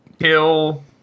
kill